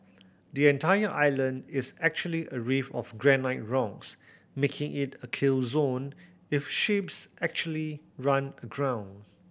the entire island is actually a reef of granite rocks making it a kill zone if ships actually run aground